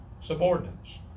subordinates